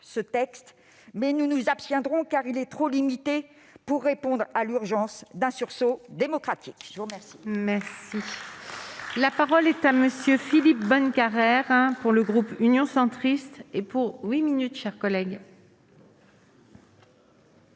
ce texte ; nous nous abstiendrons, car il est trop limité pour répondre à l'urgence d'un sursaut démocratique. La parole